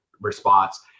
response